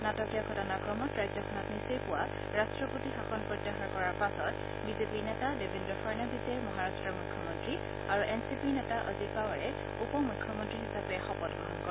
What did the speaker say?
নাটকীয় ঘটনাক্ৰমত ৰাজ্যখনত নিচেই পুৱা ৰাট্টপতি শাসন প্ৰত্যাহাৰ কৰাৰ পাছত বিজেপিৰ নেতা দেৱেন্দ্ৰ ফাড়নৱিছে মহাৰাট্টৰ মুখ্যমন্ত্ৰী আৰু এন চি পিৰ নেতা অজিত পাৱাৰে উপ মুখ্যমন্ত্ৰী হিচাপে শপতগ্ৰহণ কৰে